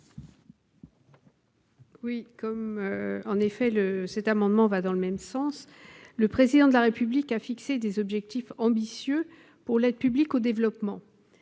Lepage. Cet amendement va dans le même sens. Le Président de la République a fixé des objectifs ambitieux pour l'aide publique au développement.